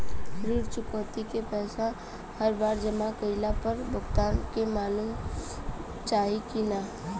ऋण चुकौती के पैसा हर बार जमा कईला पर भुगतान के मालूम चाही की ना?